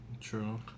true